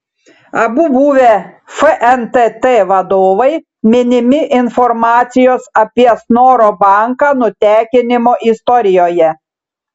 abu buvę fntt vadovai minimi informacijos apie snoro banką nutekinimo istorijoje